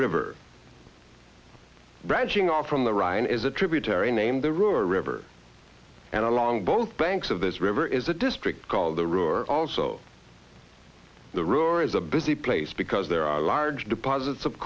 river branching off from the rhine is a tributary named the ruhr river and along both banks of this river is a district called the rural also the ur is a busy place because there are large deposits of